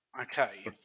Okay